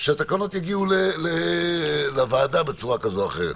כשהתקנות יגיעו לוועדה בצורה כזו או אחרת.